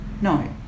no